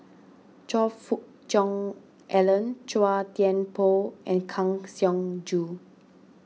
Choe Fook Cheong Alan Chua Thian Poh and Kang Siong Joo